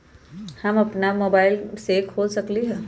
हम अपना मोबाइल से खोल सकली ह?